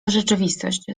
rzeczywistość